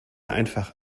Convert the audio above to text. einfach